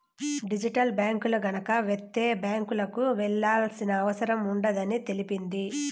digital బ్యాంకులు గనక వత్తే బ్యాంకులకు వెళ్లాల్సిన అవసరం ఉండదని తెలిపింది